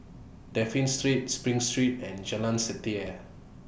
Dafne Street SPRING Street and Jalan Setia